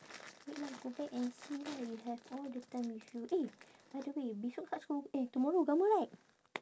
wait lah go back and see lah you have all the time with you eh by the way besok tak school eh tomorrow ugama right